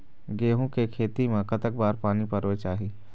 गेहूं के खेती मा कतक बार पानी परोए चाही?